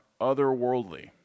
otherworldly